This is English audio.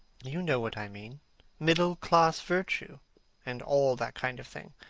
you know what i mean middle-class virtue and all that kind of thing.